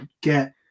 get